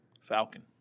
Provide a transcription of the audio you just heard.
Falcon